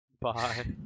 Bye